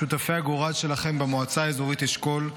שותפי הגורל שלכם במועצה האזורית אשכול,